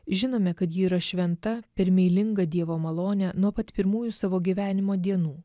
žinome kad ji yra šventa per meilingą dievo malonę nuo pat pirmųjų savo gyvenimo dienų